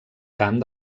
camp